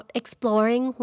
exploring